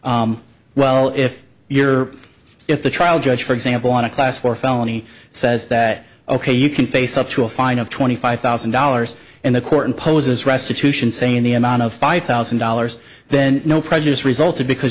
well if you're if the trial judge for example on a class four felony says that ok you can face up to a fine of twenty five thousand dollars and the court imposes restitution say in the amount of five thousand dollars then no prejudice resulted because